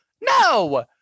no